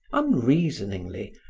unreasoningly,